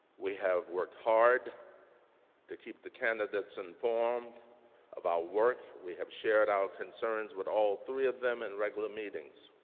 we have worked hard to keep the candidates informed of our work work. we have shared our concerns with all three of them in regular meetings.